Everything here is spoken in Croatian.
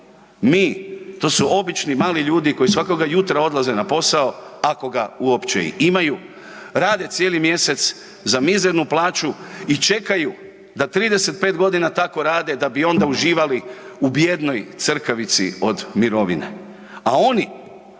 Mi, to su obični mali ljudi koji svakoga jutra odlaze na posao, ako ga uopće i imaju, rade cijeli mjesec za mizernu plaću i čekaju da 35 godina tako rade da bi onda uživali u bijednoj crkavici od mirovine. A oni,